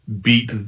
beat